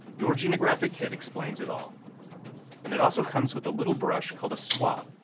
your genographic kit explains it all and it also comes with a little brush called a swab.